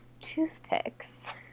Toothpicks